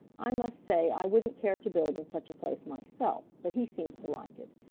i must say i wouldn't care to build in such a place myself, but he seems to like it.